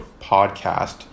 podcast